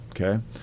Okay